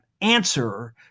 answer